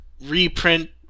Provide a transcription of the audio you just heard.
reprint